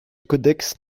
codex